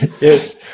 Yes